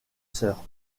sœur